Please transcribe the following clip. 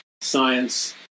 science